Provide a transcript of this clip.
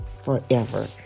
forever